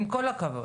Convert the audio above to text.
עם כל הכבוד,